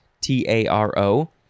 T-A-R-O